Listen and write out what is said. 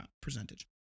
percentage